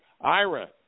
Ira